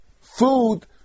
food